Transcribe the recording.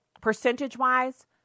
Percentage-wise